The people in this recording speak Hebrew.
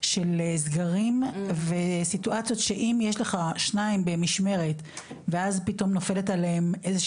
של סגרים וסיטואציות שאם יש לך שניים במשמרת ואז פתאום נופלת עליהם איזו